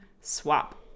swap